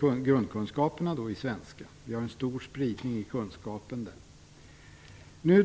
grundkunskaperna i svenska. Vi har en stor spridning i kunskapen där.